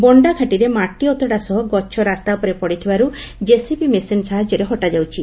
ବଣ୍ତାଘାଟିରେ ମାଟି ଅତଡ଼ା ସହ ଗଛ ରାସ୍ତା ଉପରେ ପଡ଼ିଥିବାର୍ ଜେସିବି ମେସିନ ସାହାଯ୍ୟରେ ହଟାଯାଉଛି